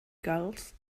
gulls